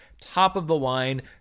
top-of-the-line